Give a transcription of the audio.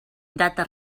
data